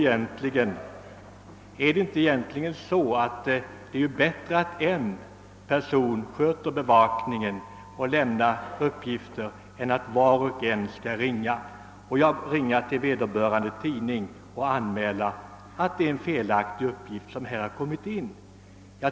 Men är det ändå inte bättre att en person sköter bevakningen än att var och en ringer vederbörande tidning och anmäler att en felaktig uppgift kommit in?